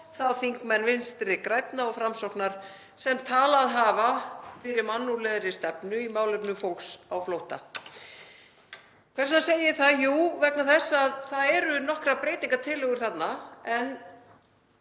þá þingmenn Vinstri grænna og Framsóknar sem talað hafa fyrir mannúðlegri stefnu í málefnum fólks á flótta. Hvers vegna segi ég það? Jú, vegna þess að það eru nokkrar breytingartillögur þarna, eða